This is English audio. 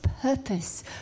purpose